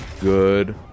good